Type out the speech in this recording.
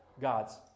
God's